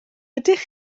ydych